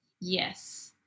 yes